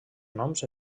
noms